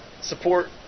support